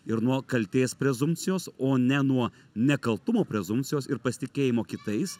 ir nuo kaltės prezumpcijos o ne nuo nekaltumo prezumpcijos ir pasitikėjimo kitais